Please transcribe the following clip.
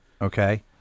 Okay